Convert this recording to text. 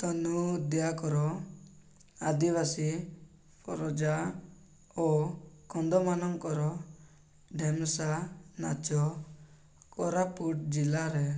ତନୁଦ୍ୟାକର ଆଦିବାସୀ ପରଜା ଓ କନ୍ଧମାନଙ୍କର ଢେମ୍ସା ନାଚ କୋରାପୁଟ ଜିଲ୍ଲାରେ